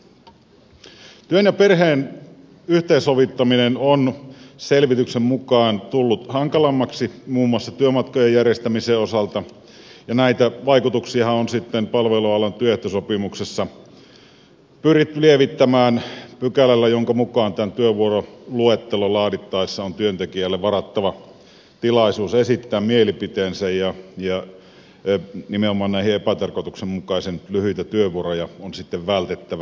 työn ja perheen yhteensovittaminen on selvityksen mukaan tullut hankalammaksi muun muassa työmatkojen järjestämisen osalta ja näitä vaikutuksiahan on sitten palvelualan työehtosopimuksessa pyritty lievittämään pykälällä jonka mukaan tätä työvuoroluetteloa laadittaessa on työntekijälle varattava tilaisuus esittää mielipiteensä ja nimenomaan näitä epätarkoituksenmukaisen lyhyitä työvuoroja on sitten vältettävä